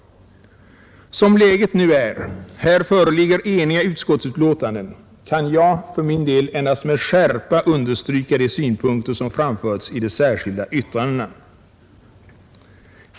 Som läget nu är — här föreligger enhälliga utskottsbetänkanden — kan jag för min del endast med skärpa understryka de synpunkter som anförs i de särskilda yttrandena.